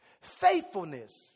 Faithfulness